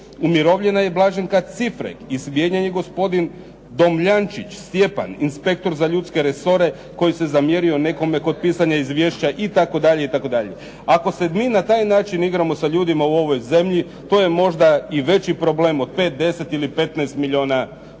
umirovljena je Blaženka Ciprag i smijenjen je gospodin Domljančić Stjepan inspektor za ljudske resore koji se zamjerio nekome kod pisanja izvješća itd. Ako se mi na taj način igramo sa ljudima u ovoj zemlji to je možda i veći problem od 5, 10 ili 15 milijuna kuna,